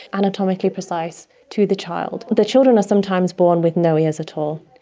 anatomically precise to the child. the children are sometimes born with no ears at all.